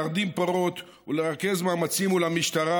להרדים פרות ולרכז מאמצים מול המשטרה